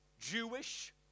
Jewish